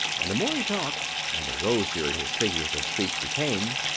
and the more he talked and the rosier his figures of speech became,